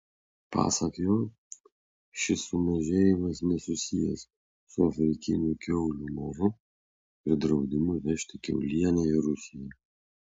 pasak jo šis sumažėjimas nesusijęs su afrikiniu kiaulių maru ir draudimu vežti kiaulieną į rusiją